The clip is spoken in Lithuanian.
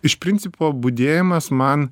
iš principo budėjimas man